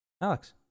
Alex